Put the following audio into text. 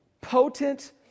potent